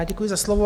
Děkuji za slovo.